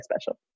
special